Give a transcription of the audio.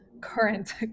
current